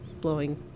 blowing